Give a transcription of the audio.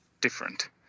different